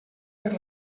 per